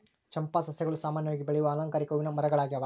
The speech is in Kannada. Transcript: ಚಂಪಾ ಸಸ್ಯಗಳು ಸಾಮಾನ್ಯವಾಗಿ ಬೆಳೆಯುವ ಅಲಂಕಾರಿಕ ಹೂವಿನ ಮರಗಳಾಗ್ಯವ